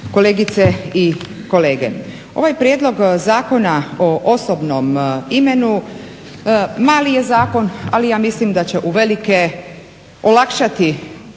kolegice i kolege. Ovaj Prijedlog zakona o osobnom imenu mali je zakon, ali ja mislim da će uvelike olakšati